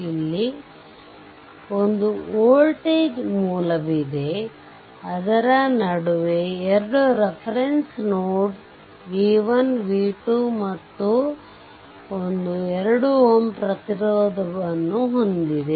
ಇಲ್ಲಿ ಒಂದು ವೋಲ್ಟೇಜ್ ಮೂಲವಿದೆ ಅದರ ನಡುವೆ 2 ರೆಪರೆಂಸ್ ನೋಡ್ v1 v2 ಮತ್ತು ಒಂದು 2 Ω ಪ್ರತಿರೋಧವನ್ನು ಹೊಂದಿದೆ